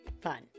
Fun